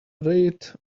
rate